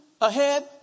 Ahead